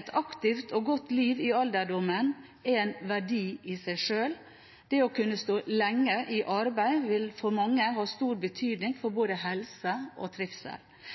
Et aktivt og godt liv i alderdommen er en verdi i seg sjøl. Det å kunne stå lenge i arbeid vil for mange ha stor betydning for både helse og trivsel.